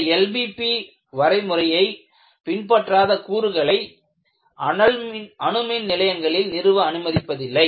இந்த LBB வரைமுறையை பின்பற்றாத கூறுகளை அணுமின் நிலையங்களில் நிறுவ அனுமதிப்பதில்லை